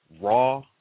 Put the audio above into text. raw